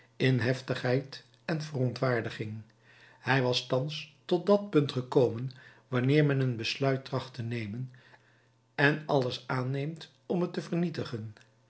in heftigheid en verontwaardiging hij was thans tot dat punt gekomen wanneer men een besluit tracht te nemen en alles aanneemt om het te vernietigen